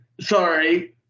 sorry